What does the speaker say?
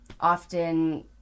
often